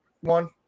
one